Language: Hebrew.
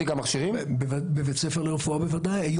בבית הספר לרפואה, בוודאי.